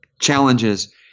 challenges